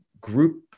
group